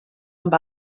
amb